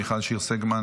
מיכל שיר סגמן,